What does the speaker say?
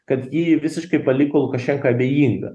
kad ji visiškai paliko lukašenką abejingą